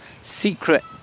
secret